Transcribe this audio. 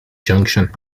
junction